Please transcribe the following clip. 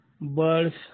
birds